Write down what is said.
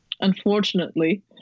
Unfortunately